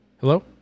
Hello